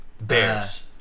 Bears